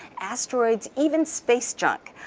asteroids, even space junk.